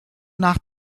nach